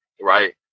right